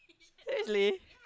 really